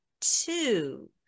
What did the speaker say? two